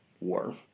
war